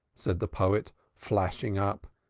said the poet, flashing up,